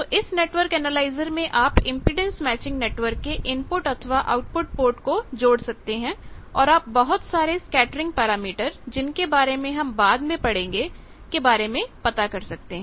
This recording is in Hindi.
तो इस नेटवर्क एनालाइजर में आप इंपेडेंस मैचिंग नेटवर्क के इनपुट अथवा आउटपुट पोर्ट को जोड़ सकते हैं और आप बहुत सारे स्कैटरिंग पैरामीटर जिनके बारे में हम बाद में पड़ेंगेके बारे में पता कर सकते हैं